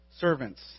Servants